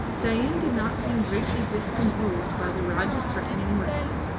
dain did not seem greatly discomposed by the rajah's threatening words.